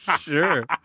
Sure